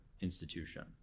institution